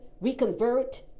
reconvert